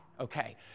okay